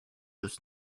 was